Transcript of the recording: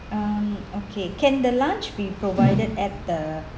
um okay can the lunch be provided at the